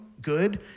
good